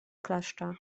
kleszcze